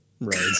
right